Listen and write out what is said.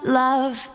love